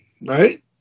right